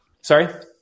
sorry